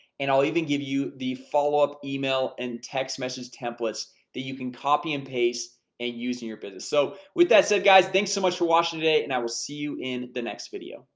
and i'll even give you the follow up email and text message templates that you can copy and paste and use in your business. so with that said, guys, thanks so much for watching today, and i will see you in the next video.